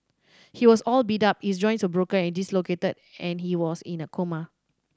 he was all beat up his joints were broken and dislocated and he was in a coma